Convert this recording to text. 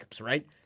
right